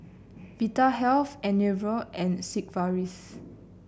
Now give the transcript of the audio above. Vitahealth Enervon and Sigvaris